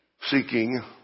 seeking